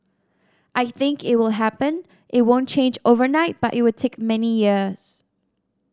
I think it would happen it won't change overnight but it would take many years